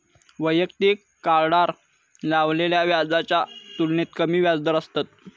वैयक्तिक कार्डार लावलेल्या व्याजाच्या तुलनेत कमी व्याजदर असतत